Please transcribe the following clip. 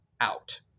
out